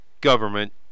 government